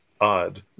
odd